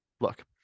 Look